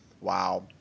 Wow